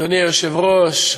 אדוני היושב-ראש,